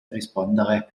rispondere